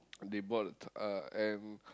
they bought uh M